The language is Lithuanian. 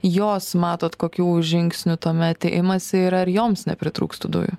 jos matot kokių žingsnių tuomet imasi ir ar joms nepritrūks tų dujų